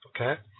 okay